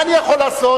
מה אני יכול לעשות